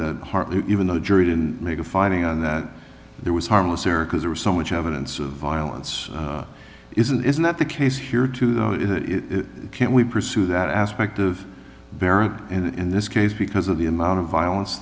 that hartley even though the jury didn't make a finding on that there was harmless error because there was so much evidence of violence isn't isn't that the case here too though is it can we pursue that aspect of barrett in this case because of the amount of violence